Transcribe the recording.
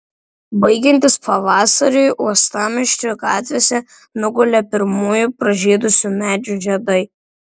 baigiantis pavasariui uostamiesčio gatvėse nugulė pirmųjų pražydusių medžių žiedai